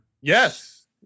Yes